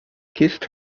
kissed